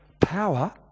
power